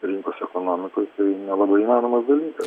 rinkos ekonomikoj nelabai įmanomas dalykas